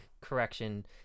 correction